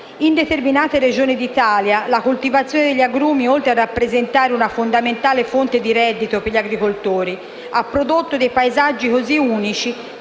In determinate Regioni d'Italia, la coltivazione degli agrumi, oltre a rappresentare una fondamentale fonte di reddito per gli agricoltori, ha prodotto dei paesaggi così unici